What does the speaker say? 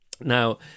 Now